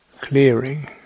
clearing